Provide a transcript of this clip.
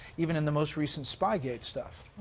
even and the most recent spygate stuff.